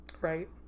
Right